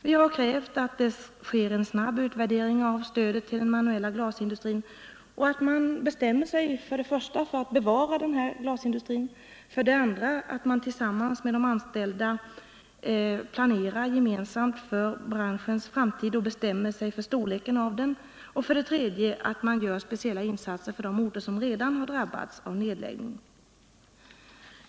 Vi har krävt att det sker en snabb utvärdering av stödet till den manuella glasindustrin och att man bestämmer sig för för det första att bevara denna glasindustri, för det andra att tillsammans med de anställda gemensamt planera för branschens framtid och storleken av denna samt för det tredje att göra speciella insatser för de orter som redan drabbats av nedläggning.